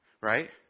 right